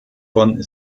von